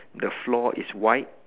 the floor is white